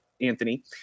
Anthony